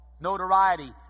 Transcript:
Notoriety